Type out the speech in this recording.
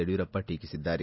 ಯಡಿಯೂರಪ್ಪ ಟೀಕಿಸಿದ್ದಾರೆ